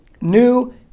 new